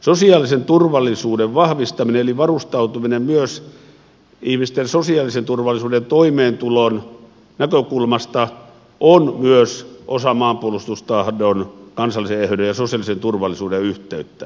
sosiaalisen turvallisuuden vahvistaminen eli varustautuminen myös ihmisten sosiaalisen turvallisuuden ja toimeentulon näkökulmasta on myös osa maanpuolustustahdon kansallisen eheyden ja sosiaalisen turvallisuuden yhteyttä